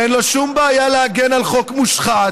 ואין לו שום בעיה להגן על חוק מושחת,